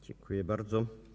Dziękuję bardzo.